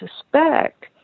suspect